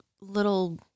little